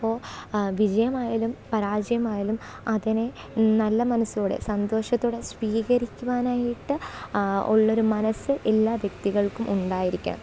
അപ്പോൾ വിജയമായാലും പരാജയമായാലും അതിനെ നല്ല മനസ്സോടെ സന്തോഷത്തോടെ സ്വീകരിക്കുവാനായിട്ട് ഉള്ളൊരു മനസ്സ് എല്ലാ വ്യക്തികള്ക്കും ഉണ്ടായിരിക്കണം